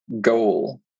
goal